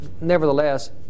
nevertheless